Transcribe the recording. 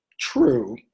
True